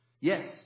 Yes